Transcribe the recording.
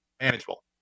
manageable